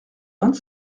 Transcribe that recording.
vingt